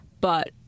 But-